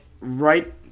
right